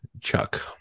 chuck